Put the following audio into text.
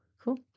Cool